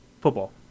Football